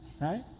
right